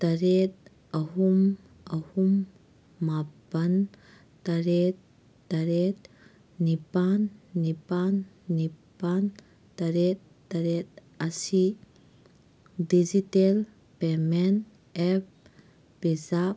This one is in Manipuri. ꯇꯔꯦꯠ ꯑꯍꯨꯝ ꯑꯍꯨꯝ ꯃꯥꯄꯜ ꯇꯔꯦꯠ ꯇꯔꯦꯠ ꯅꯤꯄꯥꯜ ꯅꯤꯄꯥꯜ ꯅꯤꯄꯥꯜ ꯇꯔꯦꯠ ꯇꯔꯦꯠ ꯑꯁꯤ ꯗꯤꯖꯤꯇꯦꯜ ꯄꯦꯃꯦꯟ ꯑꯦꯞ ꯄꯤꯖꯥꯞ